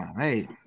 Hey